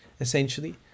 essentially